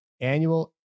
Annual